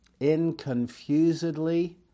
inconfusedly